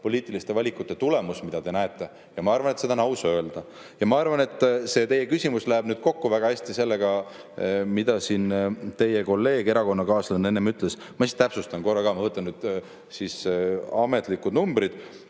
poliitiliste valikute tulemus, mida te näete. Ma arvan, et seda on aus öelda. Ja ma arvan, et teie küsimus läheb kokku väga hästi sellega, mida siin teie kolleeg, erakonnakaaslane enne ütles. Ma siis täpsustan korra ka, ma võtan ametlikud numbrid.